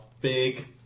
big